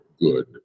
good